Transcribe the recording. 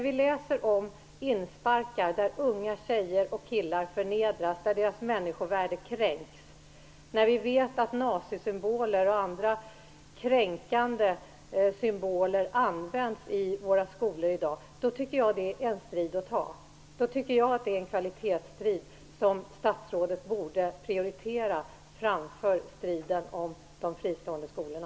Vi läser om insparkar där unga tjejer och killar förnedras, där deras människovärde kränks, och vi vet att nazisymboler och andra kränkande symboler används i våra skolor i dag. Med tanke på detta tycker jag att det finns anledning att ta strid för kvaliteten. Jag tycker att det är en strid som statsrådet borde prioritera framför striden om de fristående skolorna.